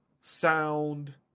sound